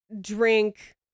drink